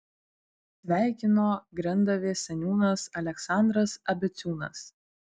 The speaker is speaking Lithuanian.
sveikino grendavės seniūnas aleksandras abeciūnas